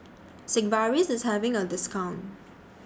Sigvaris IS having A discount